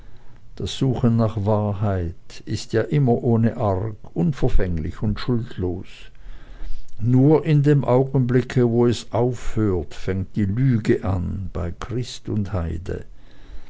das suchen nach wahrheit ist ja immer ohne arg unverfänglich und schuldlos nur in dem augenblicke wo es aufhört fängt die lüge an bei christ und heide